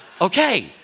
Okay